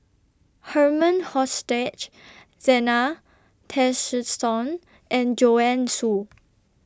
Herman Hochstadt Zena Tessensohn and Joanne Soo